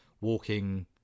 walking